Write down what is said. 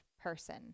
person